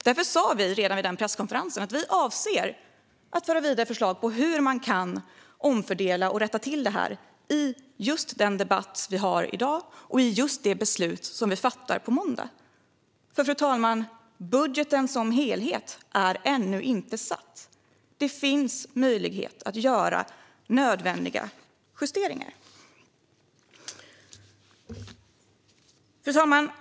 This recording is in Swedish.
Därför sa vi redan vid vår presskonferens att vi avser att föra vidare förslag på hur man kan omfördela och rätta till detta i just den debatt vi har i dag och i just det beslut som vi ska fatta på måndag. Budgeten som helhet är nämligen, fru talman, ännu inte fastlagd. Det finns möjlighet att göra nödvändiga justeringar. Fru talman!